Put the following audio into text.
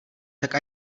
tak